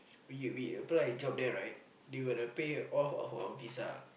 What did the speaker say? we we apply a job there right they would have pay off of our pizza